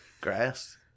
Grass